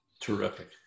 Terrific